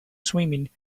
swimming